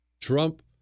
Trump